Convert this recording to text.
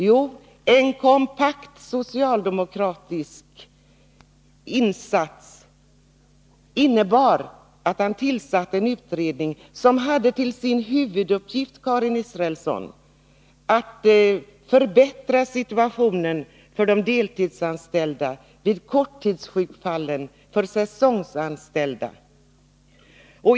Jo, en stark socialdemokratisk insats medförde att han tillsatte en utredning som hade till sin huvuduppgift, Karin Israelsson, att förbättra situationen för de deltidsanställda, vid korta sjukdomsfall och för säsongsanställda.